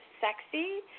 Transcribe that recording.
sexy